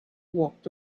walked